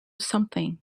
something